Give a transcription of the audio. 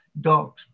dogs